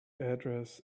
address